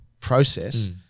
process